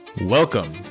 Welcome